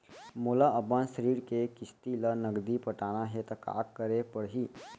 मोला अपन ऋण के किसती ला नगदी पटाना हे ता का करे पड़ही?